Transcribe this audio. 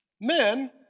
Men